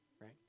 right